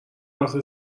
رفته